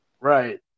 Right